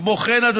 כמו כן,